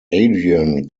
adrian